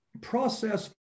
process